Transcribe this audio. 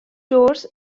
doors